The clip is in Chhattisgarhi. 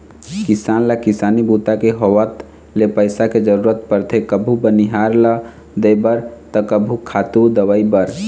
किसान ल किसानी बूता के होवत ले पइसा के जरूरत परथे कभू बनिहार ल देबर त कभू खातू, दवई बर